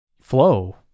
flow